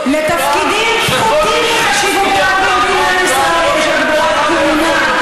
לתפקידים פחותים בחשיבותם במדינת ישראל יש הגבלת כהונה,